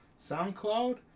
SoundCloud